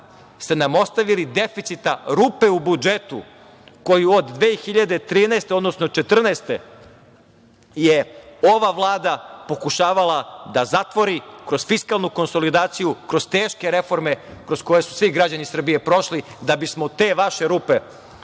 ste nam ostavili deficita, rupe u budžetu, koje od 2014. godine je ova vlada pokušavala da zatvori kroz fiskalnu konsolidaciju, kroz teške reforme koje su svi građani Srbije prošli da bismo te vaše rupe